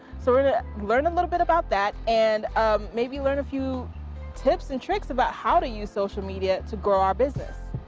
so we're gonna learn a little bit about that and um maybe learn a few tips and tricks about how to use social media to grow our business.